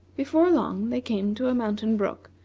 before long they came to a mountain brook,